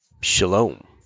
shalom